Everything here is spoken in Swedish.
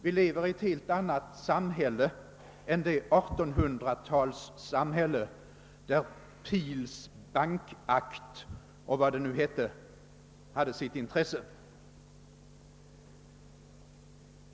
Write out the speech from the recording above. Vi lever i ett helt annat samhälle än det 1800-talssamhälle, där Peels bankakt och vad det nu hette hade sitt intresse.